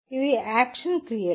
ఇవి యాక్షన్ క్రియలు